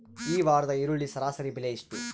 ಈ ವಾರದ ಈರುಳ್ಳಿ ಸರಾಸರಿ ಬೆಲೆ ಎಷ್ಟು?